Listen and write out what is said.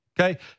okay